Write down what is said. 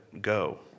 go